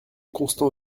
constant